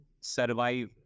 survive